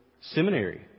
seminary